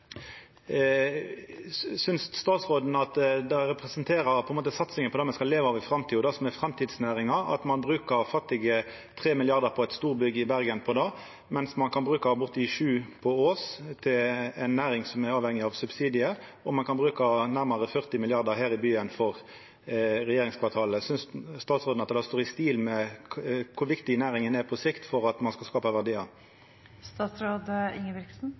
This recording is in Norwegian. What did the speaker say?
Synest statsråden at det representerer satsinga på det me skal leva av i framtida, det som er framtidsnæringa, at ein bruker fattige 3 mrd. kr på eit storbygg i Bergen, mens ein kan bruka bortimot 7 mrd. kr på Ås, til ei næring som er avhengig av subsidiar, og ein kan bruka nærmare 40 mrd. kr her i byen på regjeringskvartalet? Synest statsråden at det står i stil med kor viktig næringa er på sikt for at ein skal skapa verdiar?